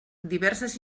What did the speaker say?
diverses